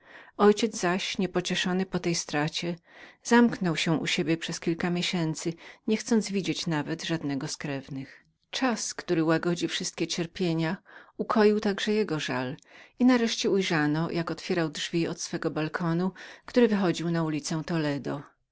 ojciec mój zaś niepocieczonyniepocieszony po tej stracie zamknął się u siebie przez kilka miesięcy niechcąc nawet widzieć żadnego z krewnych czas który słodzi wszystkie cierpienia ukoił także jego żal i nareszcie ujrzano go otwierającego drzwi od swego balkonu który wychodził na ulicę toledo